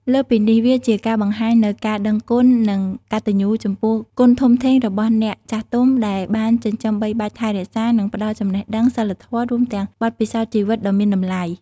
លើសពីនេះ វាជាការបង្ហាញនូវការដឹងគុណ និងកតញ្ញូចំពោះគុណធំធេងរបស់អ្នកចាស់ទុំ ដែលបានចិញ្ចឹមបីបាច់ថែរក្សា និងផ្ដល់ចំណេះដឹង សីលធម៌ រួមទាំងបទពិសោធន៍ជីវិតដ៏មានតម្លៃ។